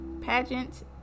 pageant